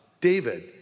David